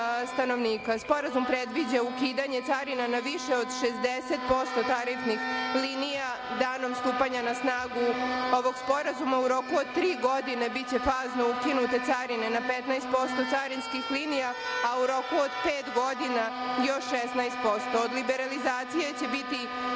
stanovnika. Sporazum predviđa ukidanje carina na više od 60% tarifnih linija danom stupanja na snagu ovog sporazuma, u roku od tri godine biće fazno ukinute carine na 15% carinskih linija, a u roku od pet godina još 16%. Od liberalizacije će biti